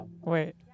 Wait